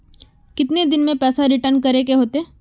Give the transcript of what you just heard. कितने दिन में पैसा रिटर्न करे के होते?